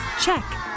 Check